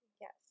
Yes